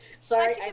sorry